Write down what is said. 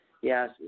Yes